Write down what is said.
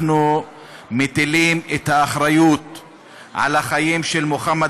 אנחנו מטילים את האחריות לחיים של מוחמד